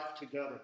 together